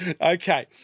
Okay